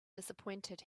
disappointed